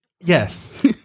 Yes